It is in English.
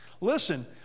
Listen